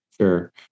Sure